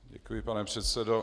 Děkuji, pane předsedo.